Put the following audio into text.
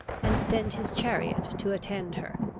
and send his chariot to attend her.